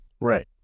Right